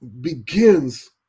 begins